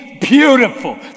beautiful